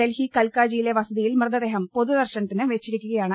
ഡൽഹി കൽക്കാജിയില്ലെ വസതിയിൽ മൃതദേഹം പൊതുദർശനത്തിന് വെച്ചിരിക്കുകയാണ്